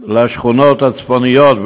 לשכונות הצפוניות,